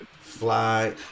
fly